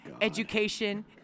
education